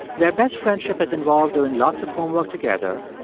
their best-friendship has involved doing lots of homework together,